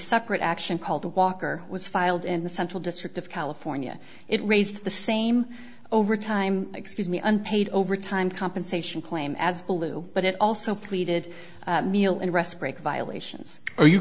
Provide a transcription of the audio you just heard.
separate action called walker was filed in the central district of california it raised the same overtime excuse me unpaid overtime compensation claim as billoo but it also pleaded meal and rest break violations are you